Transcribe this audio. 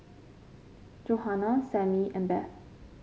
Johana Sammy and Beth